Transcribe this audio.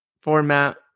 format